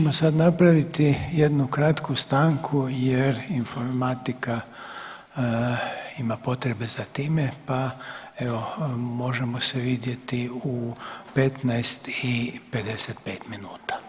Mi ćemo sad napraviti jednu kratku stanku jer informatika ima potrebe za time pa evo, možemo se vidjeti u 15 i 55 minuta.